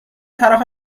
طرف